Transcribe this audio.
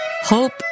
hope